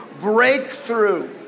breakthrough